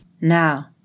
Now